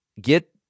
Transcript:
get